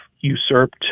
usurped